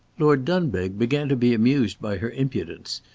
lord dunbeg began to be amused by her impudence,